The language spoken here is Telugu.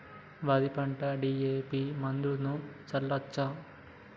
వరి పంట డి.ఎ.పి మందును చల్లచ్చా?